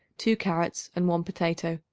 two carrots and one potato,